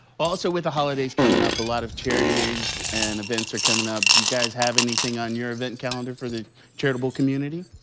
also with the holidays coming up a lot of charities and events are coming up. do you have anything on your event calendar for the charitable community?